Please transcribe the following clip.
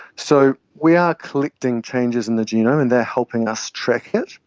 so we are collecting changes in the genome and they are helping us track it.